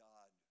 God